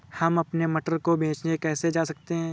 हम अपने मटर को बेचने कैसे जा सकते हैं?